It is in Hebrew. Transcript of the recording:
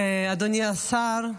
אדוני השר,